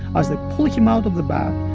as they pulled him out of the but